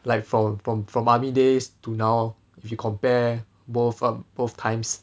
like from from from army days to now if you compare both um both times